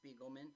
Spiegelman